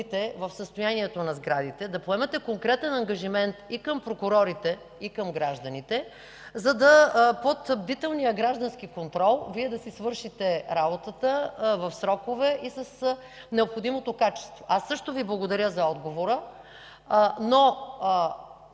да си свършите работата в срокове и с необходимото качество. Аз също благодаря за отговора, но